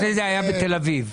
לפעמים זה היה בתל אביב.